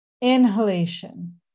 inhalation